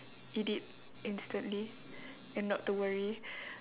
eat it instantly and not to worry